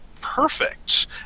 perfect